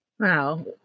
Wow